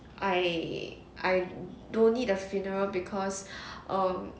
I I don't need a funeral because um